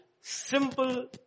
simple